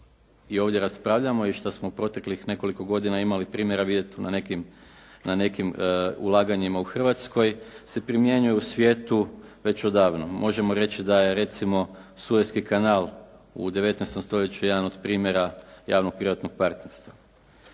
i ovdje raspravljamo i šta smo proteklih nekoliko godina imali primjera vidjeti na nekim ulaganjima u Hrvatskoj se primjenjuje u svijetu već odavno. Možemo reći da je recimo Suetski kanal u 19. stoljeću jedan od primjera javno-privatnog partnerstva.